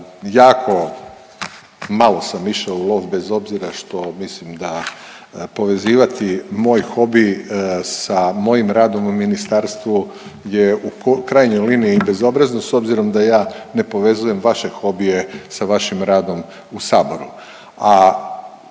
jako malo sam išao u lov bez obzira što mislim da povezivati moj hobi sa mojim radom u ministarstvu je u krajnjoj liniji i bezobrazno s obzirom da ja ne povezujem vaše hobije sa vašim radom u saboru,